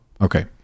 okay